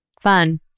Fun